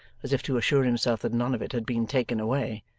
as if to assure himself that none of it had been taken away.